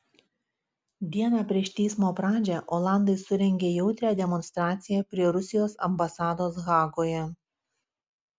dieną prieš teismo pradžią olandai surengė jautrią demonstraciją prie rusijos ambasados hagoje